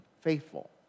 faithful